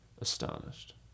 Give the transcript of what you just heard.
astonished